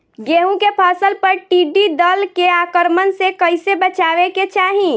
गेहुँ के फसल पर टिड्डी दल के आक्रमण से कईसे बचावे के चाही?